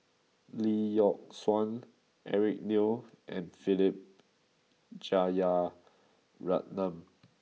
Lee Yock Suan Eric Neo and Philip Jeyaretnam